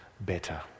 better